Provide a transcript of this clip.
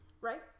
right